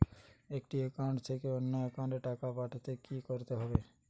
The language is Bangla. একটি একাউন্ট থেকে অন্য একাউন্টে টাকা পাঠাতে কি করতে হবে?